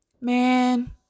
man